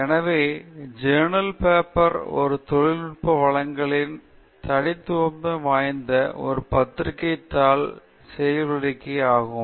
எனவே ஜெர்னல் பேப்பர்ல் ஒரு தொழில்நுட்ப வழங்கலின் தனித்தன்மை வாய்ந்த ஒரு பத்திரிக்கை தாள் செயல்திட்டத்தை இங்கே பட்டியலிடுகிறது